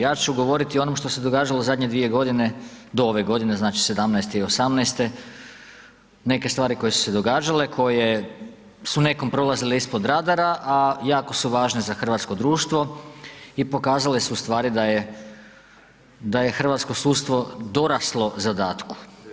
Ja ću govoriti o onome što se događalo u zadnje 2 g. do ove godine, znači 2017. i 2018., neke stvari koje su se događale, koje su nekom prolazile ispod radara a jako su važne za hrvatsko društvo i pokazale su u stvari da je hrvatsko sudstvo doraslo zadatku.